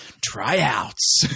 tryouts